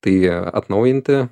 tai atnaujinti